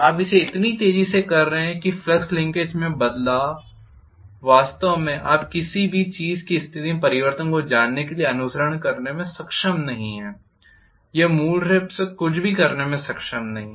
आप इसे इतनी तेजी से कर रहे हैं कि फ्लक्स लिंकेज वास्तव में आप किसी भी चीज की स्थिति में परिवर्तन को जानने के लिए अनुसरण करने में सक्षम नहीं है यह मूल रूप से कुछ भी करने में सक्षम नहीं है